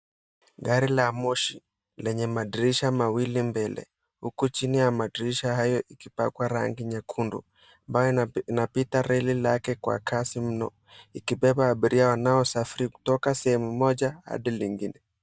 Gari la moshi lenye madirisha mawili mbele, huku chini ya madirisha hayo ikipakwa rangi nyekundu ambayo inapita reli lake kwa kasi mno ikibeba abiria wanosafiri kutoka sehemu moja hadi nyingine.